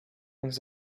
once